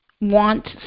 want